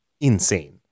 insane